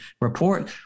report